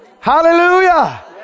Hallelujah